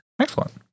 excellent